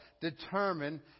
determine